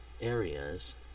areas